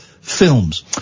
films